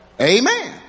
Amen